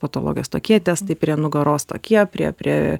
patologijos tokie testai prie nugaros tokie prie prie